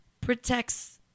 protects